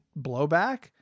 blowback